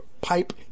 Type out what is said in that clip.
Pipe